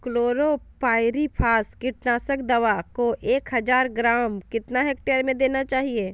Chlorpyrifos कीटनाशक दवा को एक हज़ार ग्राम कितना हेक्टेयर में देना चाहिए?